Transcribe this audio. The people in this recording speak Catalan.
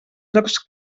llocs